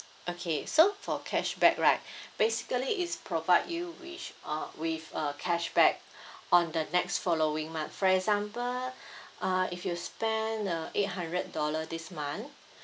okay so for cashback right basically it provide you with uh with uh cashback on the next following month for example uh if you spend uh eight hundred dollar this month